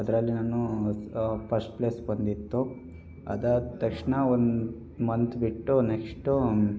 ಅದ್ರಲ್ಲಿ ನಾನೂ first place ಬಂದಿತ್ತು ಅದಾದ ತಕ್ಷಣ ಒಂದು ಮಂತ್ ಬಿಟ್ಟು ನೆಕ್ಸ್ಟು